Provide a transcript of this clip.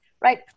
Right